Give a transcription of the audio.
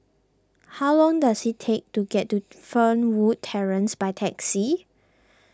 how long does it take to get to Fernwood Terrace by taxi